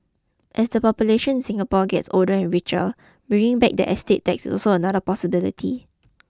as the population in Singapore gets older and richer bringing back the estate tax is also another possibility